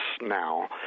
now